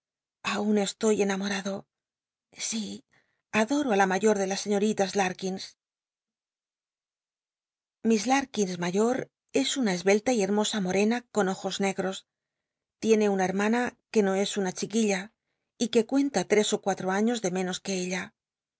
aun esloy enamorado si adoro íí la mayor de las señoritas larkins liss larkins mayor es una esbelta y hermo a morena con ojos negros tiene una hermana que no es una chiquilla y que cucpta ll'cs ó cuatro aiios de menos que ella